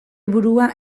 burua